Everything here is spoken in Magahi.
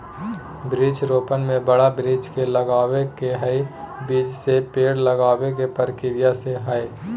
वृक्षा रोपण में बड़ा वृक्ष के लगावे के हई, बीज से पेड़ लगावे के प्रक्रिया से हई